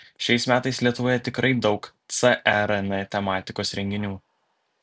šiais metais lietuvoje tikrai daug cern tematikos renginių